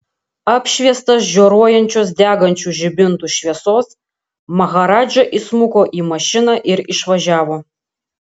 apšviestas žioruojančios degančių žibintų šviesos maharadža įsmuko į mašiną ir išvažiavo